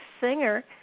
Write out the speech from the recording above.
singer